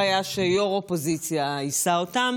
איך תצביעו?